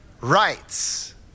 Rights